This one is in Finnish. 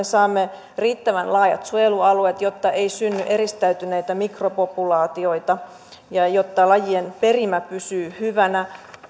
saamme riittävän laajat suojelualueet jotta ei synny eristäytyneitä mikropopulaatioita ja jotta lajien perimä pysyy hyvänä muun muassa